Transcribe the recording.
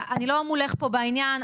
לא מולך פה בעניין,